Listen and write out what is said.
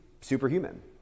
superhuman